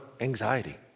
anxiety